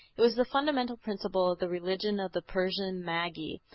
it was the fundamental principle of the religion of the persian magi.